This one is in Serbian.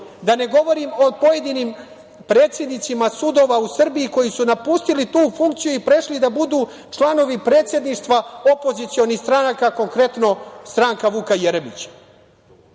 ne govorim o pojedinim predsednicima sudova u Srbiji koji su napustili tu funkciju i prešli da budu članovi predsedništva opozicionih stranaka, konkretno stranka Vuka Jeremića.